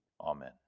Amen